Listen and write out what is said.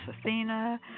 Athena